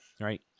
right